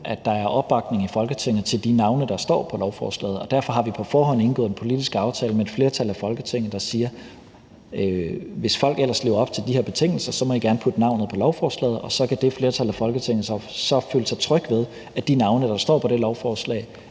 at der er opbakning i Folketinget til de navne, der står på lovforslaget. Derfor har vi på forhånd indgået en politisk aftale med et flertal i Folketinget, der siger, at I, hvis folk ellers lever op til de her betingelser, gerne må putte navnet på lovforslaget, og så kan det flertal i Folketinget føle sig trygge ved, at de navne, der står på det lovforslag,